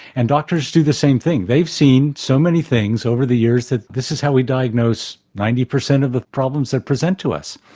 and doctors do the same thing. they've seen so many things over the years that this is how we diagnose ninety percent of the problems that present to us.